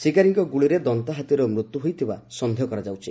ଶିକାରୀଙ୍କ ଗୁଳିରେ ଦନ୍ତାହାତୀର ମୃତ୍ୟୁ ହୋଇଥିବା ସନ୍ଦେହ କରାଯାଉଛି